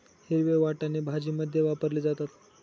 हिरवे वाटाणे भाजीमध्ये वापरले जातात